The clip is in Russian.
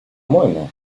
моему